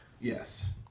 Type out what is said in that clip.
Yes